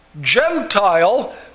Gentile